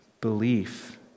belief